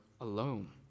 alone